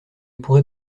pourrez